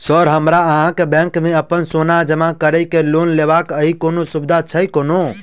Sir हमरा अहाँक bank मे अप्पन सोना जमा करि केँ लोन लेबाक अई कोनो सुविधा छैय कोनो?